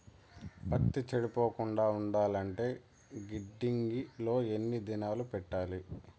పత్తి చెడిపోకుండా ఉండాలంటే గిడ్డంగి లో ఎన్ని దినాలు పెట్టాలి?